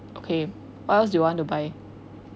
okay what else do you want to buy